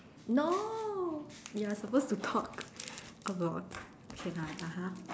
no you're supposed to talk about K lah (uh huh)